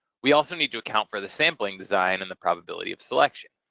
we also need to account for the sampling design and the probability of selection.